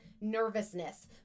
nervousness